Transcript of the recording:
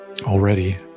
already